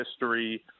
history